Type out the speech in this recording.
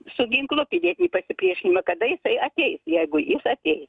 su ginklu pilietinį pasipriešinimą kada jisai ateis jeigu jis ateis